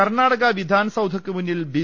കർണാടക വിധാൻസൌധയ്ക്ക് മുന്നിൽ ബി